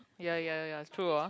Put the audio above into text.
ya ya ya is true ah